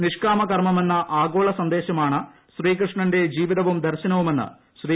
നിഷ്കാമ കർമ്മമെന്ന ആഗോള സന്ദേശമാണ് ശ്രീകൃഷ്ണന്റെ ജീവിതവും ദർശനവുമെന്ന് ശ്രീ